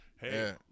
hey